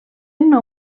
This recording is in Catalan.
una